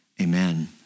amen